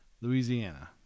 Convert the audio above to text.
Louisiana